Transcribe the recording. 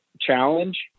challenge